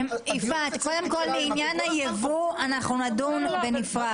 לעניין הייבוא אנחנו נדון בפרד.